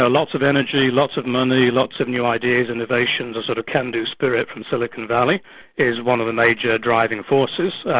ah lots of energy, lots of money, lots of new ideas, innovations, a sort of can-do spirit from silicon valley is one of the major driving forces.